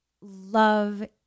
love